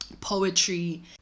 poetry